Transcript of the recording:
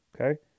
Okay